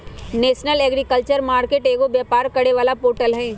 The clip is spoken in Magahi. नेशनल अगरिकल्चर मार्केट एगो व्यापार करे वाला पोर्टल हई